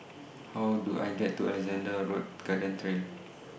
How Do I get to Alexandra Road Garden Trail